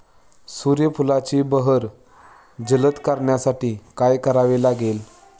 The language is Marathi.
सूर्यफुलाची बहर जलद करण्यासाठी काय करावे लागेल?